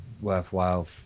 worthwhile